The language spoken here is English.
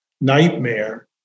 nightmare